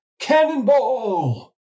Cannonball